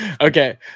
Okay